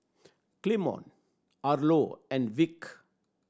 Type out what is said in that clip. Clemon Arlo and Vic